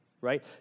right